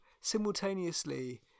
simultaneously